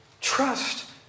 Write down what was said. Trust